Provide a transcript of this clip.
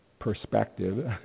perspective